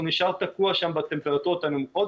הוא נשאר תקוע שם בטמפרטורות הנמוכות.